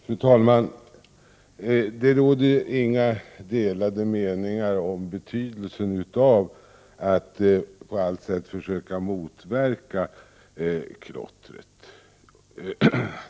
Fru talman! Det råder inga delade meningar om betydelsen av att på allt sätt försöka motverka klottret.